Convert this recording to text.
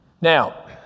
Now